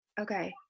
Okay